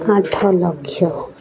ଆଠ ଲକ୍ଷ